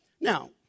now